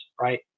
right